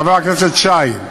חבר הכנסת שי.